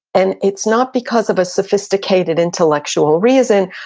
and it's not because of a sophisticated intellectual reason,